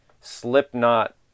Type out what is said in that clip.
Slipknot